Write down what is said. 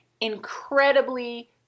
incredibly